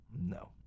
no